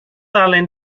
alun